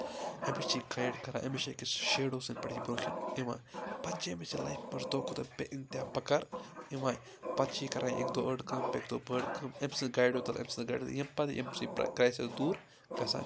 أمِس چھِ یہِ گایِڈ کَران أمِس چھِ أکِس شیڈو سٕنٛدۍ پٮ۪ٹھٕے برونٛہہ کُن یِوان پَتہٕ چھِ أمِس یہِ لایفہِ منٛز دۄہ کھۄتہٕ دۄہ اِنتیاہ پَکار یِوان پَتہٕ چھِ یہِ کَران اَکہِ دۄہ أڑۍ کٲم پیٚکہِ دۄہ بٔڑ کٲم أمۍ سٕنٛز گاڑِو تَل أمۍ سٕنٛز گاڑِ ییٚمہِ پَتہٕ أمۍ سٕے کرٛایسِس دوٗر گژھان چھُ